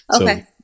Okay